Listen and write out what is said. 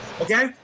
Okay